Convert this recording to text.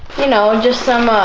you know, just some, ah,